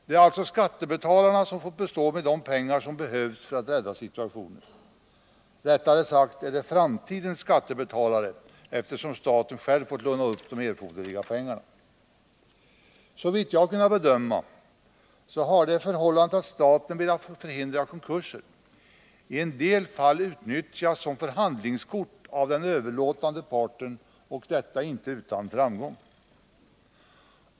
Det är alltså skattebetalarna som fått bestå de pengar som behövts för att rädda situationen. Rättare sagt blir det framtidens skattebetalare som får göra det, eftersom staten själv fått låna upp de erforderliga pengarna. Såvitt jag kunnat bedöma har det förhållandet att staten velat förhindra konkurser i en del fall utnyttjats som förhandlingskort av den överlåtande parten, och detta inte utan framgång.